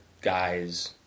guys